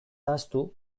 ahaztu